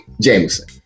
Jameson